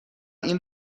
این